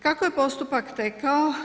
Kako je postupak tekao?